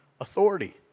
authority